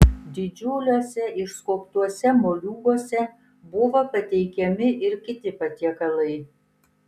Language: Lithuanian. didžiuliuose išskobtuose moliūguose buvo pateikiami ir kiti patiekalai